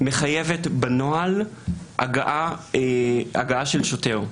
מחייבת בנוהל הגעה של שוטר.